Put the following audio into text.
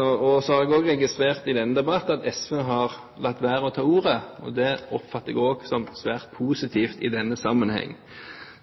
Og så har jeg registrert i denne debatten at SV har latt være å ta ordet. Det oppfatter jeg som svært positivt i denne sammenheng.